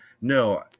No